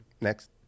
Next